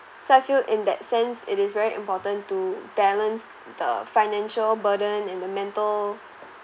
so I feel in that sense it is very important to balance the financial burden and the mental